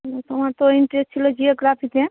হুঁ তোমার তো ইন্টারেস্ট ছিলো জিওগ্রাফিতে